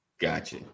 Gotcha